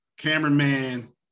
Cameraman